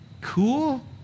cool